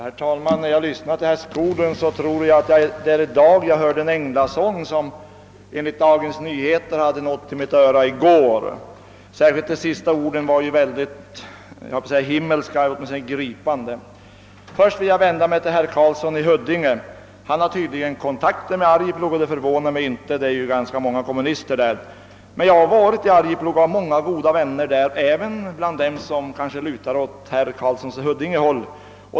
Herr talman! När jag lyssnar till herr Skoglund tror jag att det är i dag jag hör den änglasång som enligt Dagens Nyheter skulle ha nått till mitt öra i går. Särskilt de sista orden var ju himmelskt gripande. — Men nu vill jag först vända mig till herr Karlsson i Huddinge. Herr Karlsson i Huddinge har tydligen kontakter med Arjeplog, och det förvånar mig inte — där finns ju många kommunister. Men jag har varit i Arjeplog och har många goda vänner där, även bland dem som kanske lutar åt herr Karlssons håll.